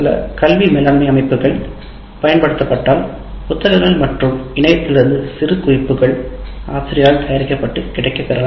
சில கல்வி மேலாண்மை அமைப்புகள் பயன்படுத்தப்பட்டால் புத்தகங்கள் மற்றும் இணையத்திலிருந்து சிறு குறிப்புகள் ஆசிரியரால் தயாரிக்கப்பட்டு கிடைக்கப் பெறலாம்